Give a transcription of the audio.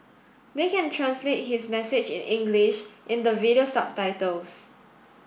they can translate his message in English in the video subtitles